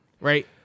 right